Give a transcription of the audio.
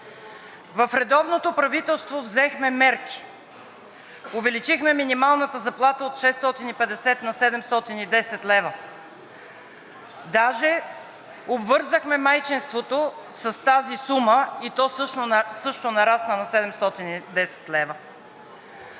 В редовното правителство взехме мерки – увеличихме минималната заплата от 650 на 710 лв., даже обвързахме майчинството с тази сума и то също нарасна на 710 лв.